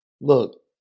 look